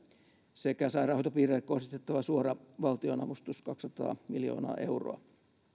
sekä sairaanhoitopiireille kohdistettava suora valtionavustus kaksisataa miljoonaa euroa